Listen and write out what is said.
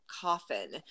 coffin